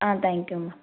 ah thank you ma'am